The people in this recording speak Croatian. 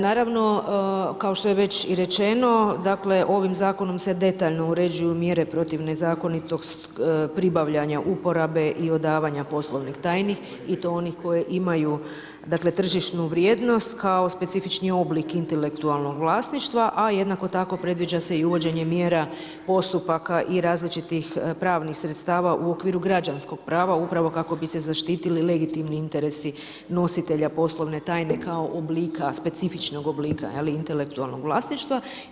Naravno, kao što je već i rečeno, dakle ovim zakonom se detaljno uređuju mjere protiv nezakonitog pribavljanja, uporabe i odavanje poslovnih tajnih i to onih koji imaju tržišnu vrijednost kao specifični oblik intelektualnog vlasništva, a jednako tako predviđa se i uvođenje mjera postupaka i različnih pravnih sredstava u okviru građanskog prava, upravo kako bi se zaštitili legitimni interesi nositelja poslovne tajne, kao oblika, specifičnog oblika, intelektualnog vlasništva.